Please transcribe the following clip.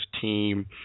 team